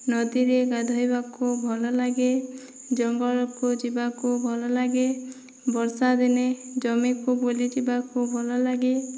ନଦୀରେ ଗାଧୋଇବାକୁ ଭଲ ଲାଗେ ଜଙ୍ଗଲକୁ ଯିବାକୁ ଭଲ ଲାଗେ ବର୍ଷା ଦିନେ ଜମିକୁ ବୁଲି ଯିବାକୁ ଭଲ ଲାଗେ